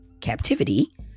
captivity